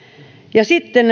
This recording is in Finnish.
ja sitten